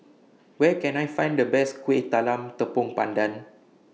Where Can I Find The Best Kueh Talam Tepong Pandan